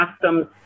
customs